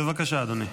בבקשה, אדוני.